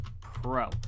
Pro